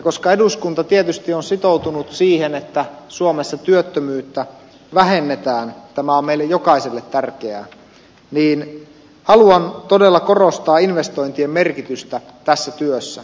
koska eduskunta tietysti on sitoutunut siihen että suomessa työttömyyttä vähennetään tämä on meille jokaiselle tärkeää niin haluan todella korostaa investointien merkitystä tässä työssä